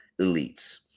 elites